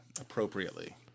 appropriately